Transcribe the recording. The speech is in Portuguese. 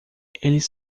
eles